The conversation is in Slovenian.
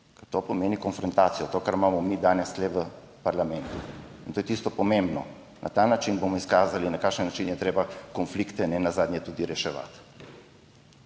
to pomeni konfrontacijo, to, kar imamo mi danes tu v parlamentu, in to je tisto pomembno. Na ta način bomo izkazali, na kakšen način je treba konflikte nenazadnje tudi reševati.